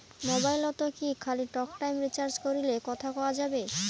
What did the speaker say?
মোবাইলত কি খালি টকটাইম রিচার্জ করিলে কথা কয়া যাবে?